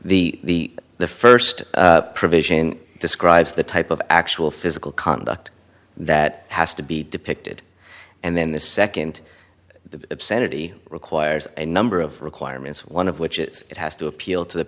the first provision describes the type of actual physical conduct that has to be depicted and then the second obscenity requires a number of requirements one of which is it has to appeal to the